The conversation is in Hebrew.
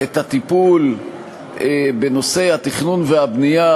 את הטיפול בנושאי התכנון והבנייה